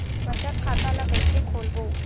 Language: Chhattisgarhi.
बचत खता ल कइसे खोलबों?